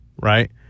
right